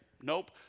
Nope